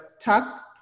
talk